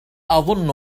أظن